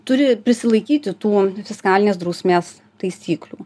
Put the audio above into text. turi prisilaikyti tų fiskalinės drausmės taisyklių